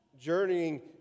journeying